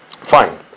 Fine